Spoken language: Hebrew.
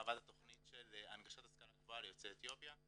הרחבת התכנית של הנגשת השכלה גבוהה ליוצאי אתיופיה.